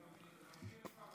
אני מסכים איתך בעניין הזה.